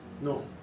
No